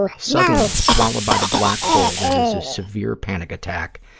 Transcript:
suddenly, swallowed by the black hole that is a severe panic attack,